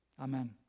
Amen